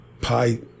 pie